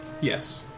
Yes